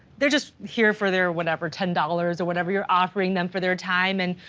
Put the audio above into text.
they're just here for their whatever, ten dollars or whatever you're offering them for their time. and,